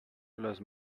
las